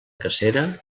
cacera